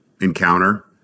encounter